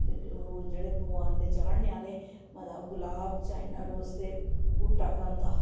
एह् रोज जेह्ड़े भगोआन दे चाढ़ने आह्ले मता गलाब चाइना रोज़ ते गुट्टा गै होंदा